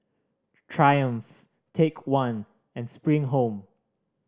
Triumph Take One and Spring Home